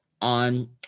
on